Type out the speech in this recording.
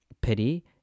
pity